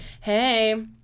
hey